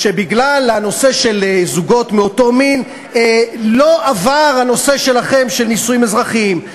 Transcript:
שבגלל הנושא של זוגות מאותו מין לא עבר הנושא שלכם של נישואים אזרחיים.